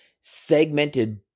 segmented